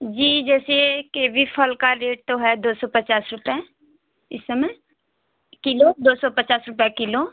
जी जैसे केवी फल का रेट तो है दो सौ पचास रुपये इस समय किलो दो सौ पचास रुपये किलो